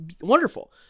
wonderful